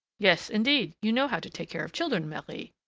yes, indeed! you know how to take care of children, marie!